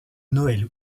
noël